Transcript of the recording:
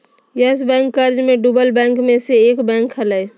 yes Bank कर्ज मे डूबल बैंक मे से एक बैंक हलय